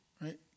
right